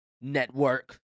Network